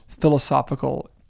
philosophical